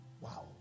Wow